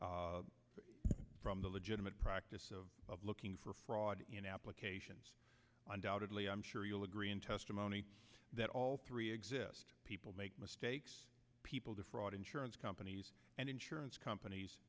those from the legitimate practice of looking for fraud in applications undoubtedly i'm sure you'll agree in testimony that all three exist people make mistakes people defraud insurance companies and insurance companies